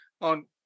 on